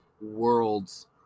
world's